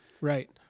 Right